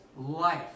life